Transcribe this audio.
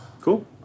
Cool